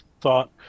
thought